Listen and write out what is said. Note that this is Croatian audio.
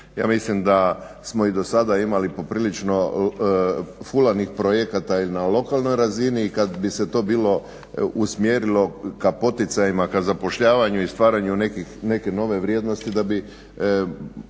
Ja mislim da smo i do sada imali poprilično fulanih projekata i na lokalnoj razini i kada bi se to bilo usmjerilo ka poticajima, ka zapošljavanju i stvaranju neke nove vrijednosti da bi